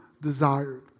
desired